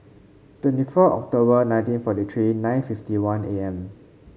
twenty four October nineteen forty three nine fifty one A M